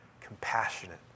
compassionate